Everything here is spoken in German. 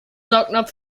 saugnapf